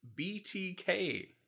BTK